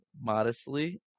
modestly